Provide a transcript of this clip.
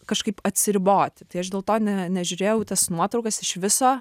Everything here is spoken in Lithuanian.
kažkaip atsiriboti tai aš dėl to ne nežiūrėjau į tas nuotraukas iš viso